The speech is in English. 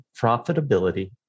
profitability